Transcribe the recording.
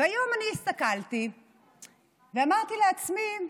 והיום אני הסתכלתי ואמרתי לעצמי: